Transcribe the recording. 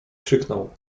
krzyknął